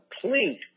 complete